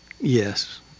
Yes